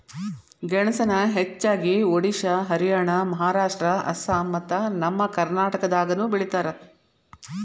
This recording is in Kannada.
ಗೆಣಸನ ಹೆಚ್ಚಾಗಿ ಒಡಿಶಾ ಹರಿಯಾಣ ಮಹಾರಾಷ್ಟ್ರ ಅಸ್ಸಾಂ ಮತ್ತ ನಮ್ಮ ಕರ್ನಾಟಕದಾಗನು ಬೆಳಿತಾರ